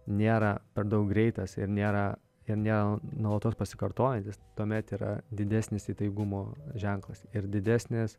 nėra per daug greitas ir nėra ir ne nuolatos pasikartojantis tuomet yra didesnis įtaigumo ženklas ir didesnis